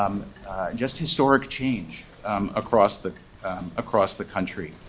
um just historic change across the across the country.